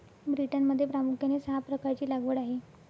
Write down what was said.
ब्रिटनमध्ये प्रामुख्याने सहा प्रकारची लागवड आहे